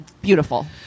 beautiful